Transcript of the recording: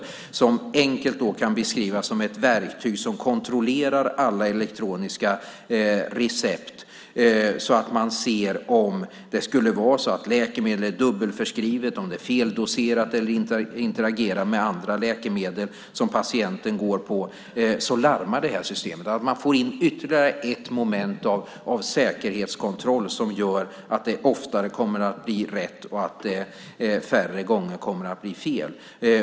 Det kan enkelt beskrivas som ett verktyg som kontrollerar alla elektroniska recept så att man ser om läkemedel är dubbelförskrivna, feldoserade eller interagerar med andra läkemedel som patienten går på. Då larmar systemet. Man får in ytterligare ett moment av säkerhetskontroll som gör att det oftare blir rätt och färre gånger blir fel.